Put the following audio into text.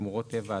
שמורות טבע,